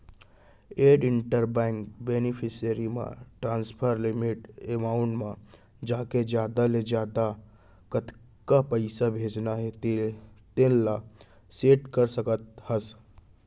add inter bank beneficiary म transfer limit amount म जाके जादा ले जादा कतका पइसा भेजना हे तेन ल सेट कर सकत हस